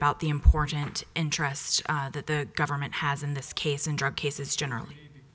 about the important interests that the government has in this case and drug cases generally